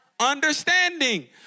understanding